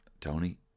Tony